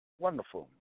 Wonderful